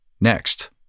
next